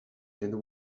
and